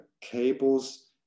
cables